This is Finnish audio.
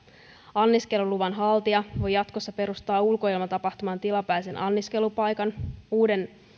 anniskeluluvan haltija voi jatkossa perustaa ulkoilmatapahtumaan tilapäisen anniskelupaikan uuden